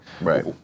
right